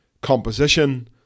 composition